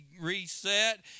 reset